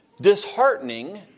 disheartening